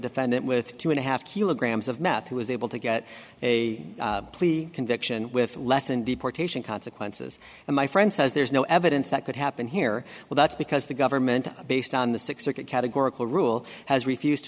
defendant with two and a half kilograms of meth he was able to get a plea conviction with less and deportation consequences and my friend says there's no evidence that could happen here well that's because the government based on the six circuit categorical rule has refused to